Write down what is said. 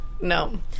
no